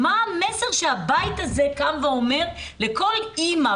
מה המסר שהבית הזה קם ואומר לכל אמא,